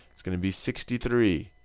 it's going to be sixty three.